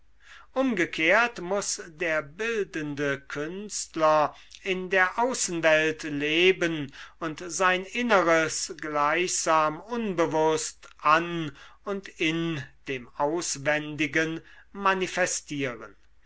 umgekehrt muß der bildende künstler in der außenwelt leben und sein inneres gleichsam unbewußt an und in dem auswendigen manifestieren